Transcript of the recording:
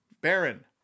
Baron